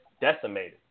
decimated